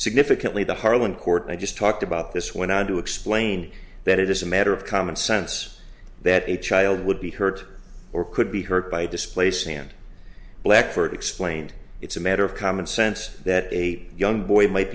significantly the harlan court i just talked about this went on to explain that it is a matter of common sense that a child would be hurt or could be hurt by displacing and blackford explained it's a matter of common sense that a young boy might